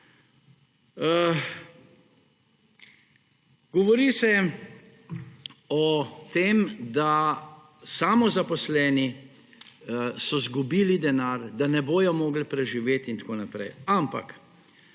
Govori se o tem, da so samozaposleni izgubili denar, da ne bojo mogli preživeti in tako naprej; ampak,